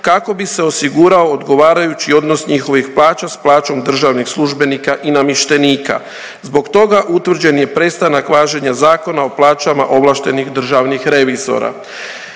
kako bi se osigurao odgovarajući odnos njihovih plaća s plaćom državnih službenika i namještenika. Zbog toga utvrđen je prestanak važenja Zakona o plaćama ovlaštenih državnih revizora.